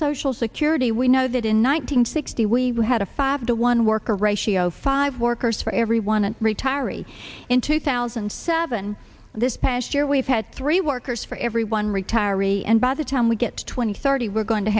social security we know that in one nine hundred sixty we had a five to one worker ratio five workers for every one retiree in two thousand and seven this past year we've had three workers for every one retiree and by the time we get to twenty thirty we're going to